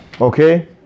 Okay